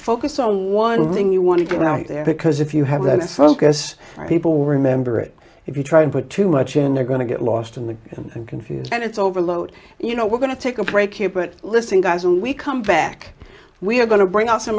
focus on one thing you want to get out there because if you have that focus people will remember it if you try to put too much and they're going to get lost in the and confused and it's overload you know we're going to take a break here but listen guys when we come back we're going to bring out some